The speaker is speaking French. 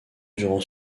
durant